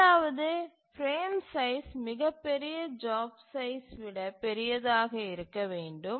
இரண்டாவது frame size மிகப்பெரிய job size விட பெரியதாக இருக்க வேண்டும்